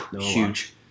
huge